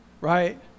right